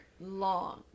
long